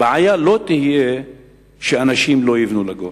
הבעיה לא תהיה שאנשים לא יבנו לגובה.